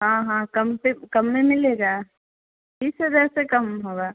हाँ हाँ कम से कम में मिलेगा तीस हजार से कम होगा